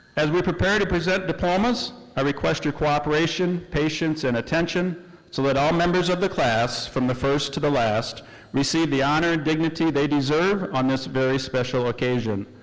as we prepare to present diplomas, i request your cooperation, patience and attention so that all members of the class from the first to the last receive the honor and dignity they deserve on this very special occasion.